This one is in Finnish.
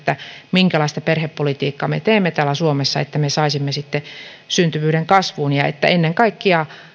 minkälaista perhepolitiikkaa me teemme täällä suomessa että me saisimme syntyvyyden kasvuun ja että ennen kaikkea